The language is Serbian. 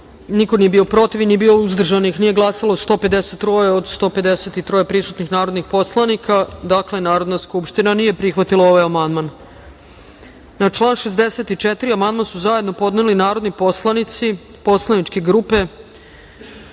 niko, protiv – niko, uzdržanih –nema, nije glasalo 153 od 153 prisutnih narodnih poslanika. Konstatujem da Narodna skupština nije prihvatila ovaj amandman. Na član 64. amandman su zajedno podneli narodni poslanici poslaničke grupe